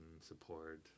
support